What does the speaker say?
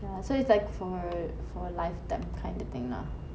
ya so it's like for for lifetime kind of thing lah